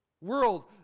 world